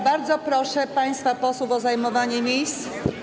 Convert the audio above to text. Bardzo proszę państwa posłów o zajmowanie miejsc.